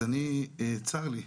צר לי.